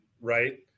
right